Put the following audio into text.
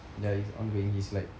ya it's ongoing he's like